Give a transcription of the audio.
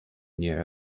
near